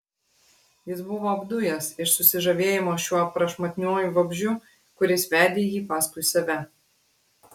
jis buvo apdujęs iš susižavėjimo šiuo prašmatniuoju vabzdžiu kuris vedė jį paskui save